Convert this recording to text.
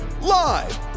Live